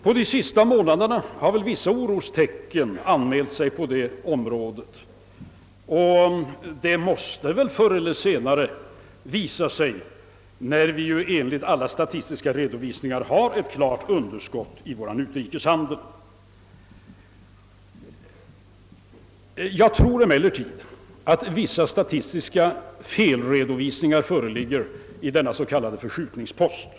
Under de senaste månaderna har väl vissa orostecken visat sig på detta område och det måste väl förr eller senare bli fallet när vi enligt alla statistiska redovisningar har ett klart underskott i vår utrikeshandel. Jag tror emellertid att vissa statistiska felredovisningar föreligger i denna s.k. förskjutningspost.